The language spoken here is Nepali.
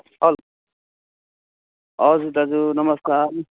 हेलो हजुर दाजु नमस्कार